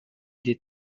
des